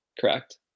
correct